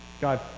God